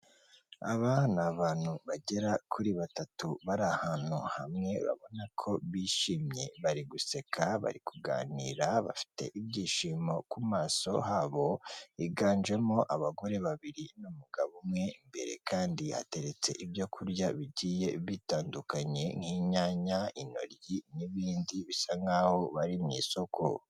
Aba ni abantu bagera kuri batatu bari ahantu hamwe urabona ko bishimye, bari guseka bari kuganira bafite ibyishimo ku maso habo. Higanjemo abagore babiri n'umugabo umwe, imbere kandi hateretse ibyo kurya bigiye bitandukanye nk'inyanya, intoryi n'ibindi bisa nk'aho bari mu isoko.